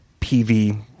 PV